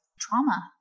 trauma